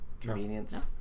Convenience